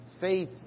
faith